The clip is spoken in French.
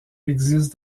existe